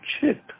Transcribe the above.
chip